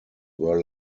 were